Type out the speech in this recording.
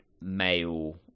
male